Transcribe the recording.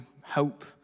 hope